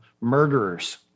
murderers